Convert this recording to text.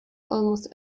almost